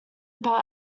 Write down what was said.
about